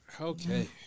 Okay